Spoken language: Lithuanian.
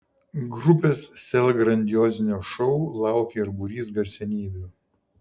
grupės sel grandiozinio šou laukia ir būrys garsenybių